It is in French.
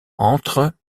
entre